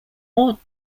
ought